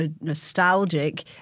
nostalgic